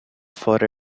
for